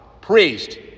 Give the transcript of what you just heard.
priest